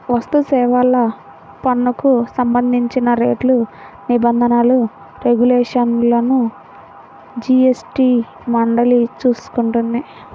వస్తుసేవల పన్నుకు సంబంధించిన రేట్లు, నిబంధనలు, రెగ్యులేషన్లను జీఎస్టీ మండలి చూసుకుంటుంది